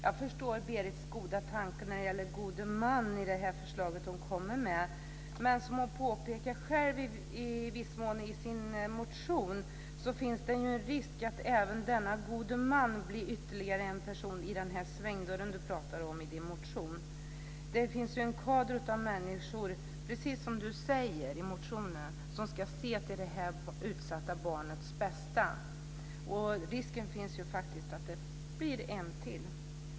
Herr talman! Jag förstår Berits goda tanke med förslaget om god man, men som hon själv i viss mån påpekar i sin motion finns det en risk att en god man blir ytterligare en person i svängdörren. Det finns ju en kader av människor, precis som Berit Adolfsson säger i motionen, som ska se till det utsatta barnets bästa. Risken finns faktiskt att det på det här sättet blir en till.